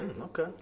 okay